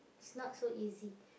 it's not so easy